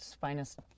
finest